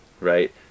Right